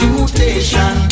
Mutation